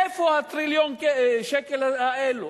איפה טריליון השקל האלה?